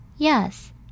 Yes